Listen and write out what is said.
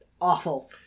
awful